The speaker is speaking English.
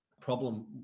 problem